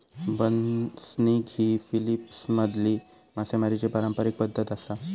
बसनिग ही फिलीपिन्समधली मासेमारीची पारंपारिक पद्धत आसा